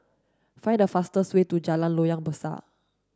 find the fastest way to Jalan Loyang Besar